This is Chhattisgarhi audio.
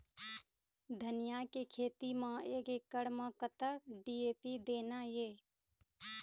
धनिया के खेती म एक एकड़ म कतक डी.ए.पी देना ये?